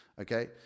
Okay